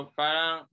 parang